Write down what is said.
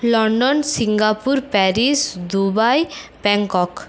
London Singapore Paris Dubai Bangkok